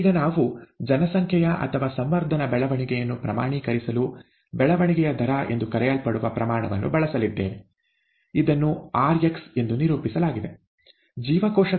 ಈಗ ನಾವು ಜನಸಂಖ್ಯೆಯ ಅಥವಾ ಸಂವರ್ಧನ ಬೆಳವಣಿಗೆಯನ್ನು ಪ್ರಮಾಣೀಕರಿಸಲು ಬೆಳವಣಿಗೆಯ ದರ ಎಂದು ಕರೆಯಲ್ಪಡುವ ಪ್ರಮಾಣವನ್ನು ಬಳಸಲಿದ್ದೇವೆ ಇದನ್ನು rx ಎಂದು ನಿರೂಪಿಸಲಾಗಿದೆ